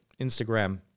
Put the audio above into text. Instagram